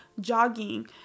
jogging